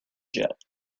jet